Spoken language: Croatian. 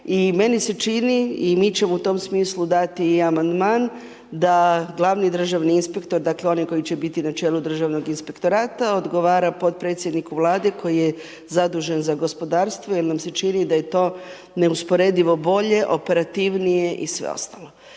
i meni se čini i mi ćemo u tom smislu dati i amandman, da glavni državni inspektor dakle, oni koji će biti na čelu Državnog inspektorata odgovara potpredsjedniku Vlade koji je zadužen za gospodarstvo jer nam se čini da je to neusporedivo bolje, operativnije i sve ostalo.